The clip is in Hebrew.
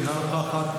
אינה נוכחת.